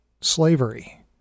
slavery